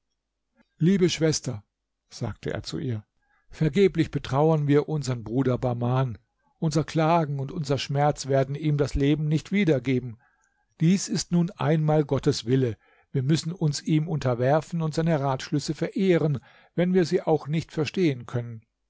liebe schwester sagte er zu ihr vergeblich betrauern wir unsern bruder bahman unser klagen und unser schmerz werden ihm das leben nicht wiedergeben dies ist nun einmal gottes wille wir müssen uns ihm unterwerfen und seine ratschlüsse verehren wenn wir sie auch nicht verstehen können